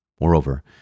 Moreover